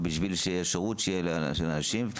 ובשביל האפשרות של אנשים,